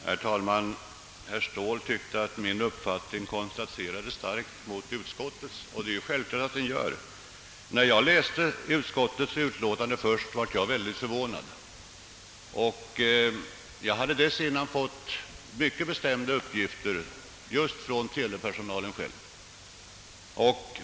Herr talman! Herr Ståhl tyckte att min uppgift om effekten av omorganisationen kontrasterade starkt mot utskottets. När jag läste utskottsutlåtandet bliv jag också väldigt förvånad. Jag hade dessförinnan fått mycket bestämda uppgifter från telepersonalen själv.